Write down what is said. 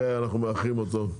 אנחנו מארחים אותו.